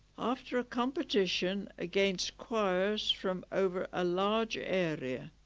after a competition against choirs from over a large area